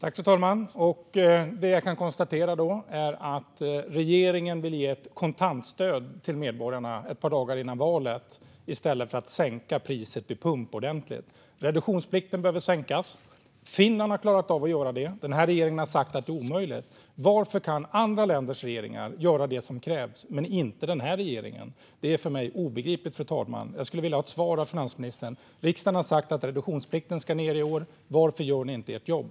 Fru talman! Regeringen vill alltså ge ett kontantstöd till medborgarna ett par dagar innan valet i stället för att sänka priset vid pump ordentligt. Reduktionsplikten behöver sänkas. Finland har klarat av att göra det medan denna regering har sagt att det är omöjligt. Varför kan andra länders regeringar göra det som krävs men inte denna regering? Det är för mig obegripligt, och jag skulle vilja ha ett svar av finansministern. Riksdagen har sagt att reduktionsplikten ska ned i år. Varför gör ni inte ert jobb?